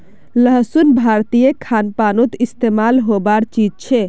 लहसुन भारतीय खान पानोत इस्तेमाल होबार चीज छे